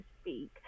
speak